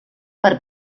per